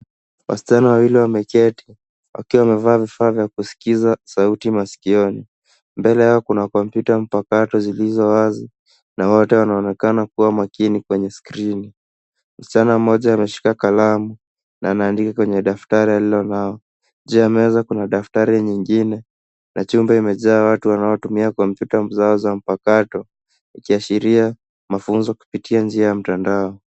Wasichana wawili wameketi wakiwa wamevaa vifaa vya kusikiza sauti masikioni. Mbele yao kuna kompyuta mpakato zilizo wazi na wote wanaonekana kuwa makini kwenye skrini. Msichana mmoja ameshika kalamu na anaandika kwenye daftari alilo nao. Juu ya meza kuna daftari nyingi na chumba imejaa watu wanaotumia kompyuta zao za mpakato ikiashiria mafunzo kupitia njia ya mtandao.